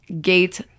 gate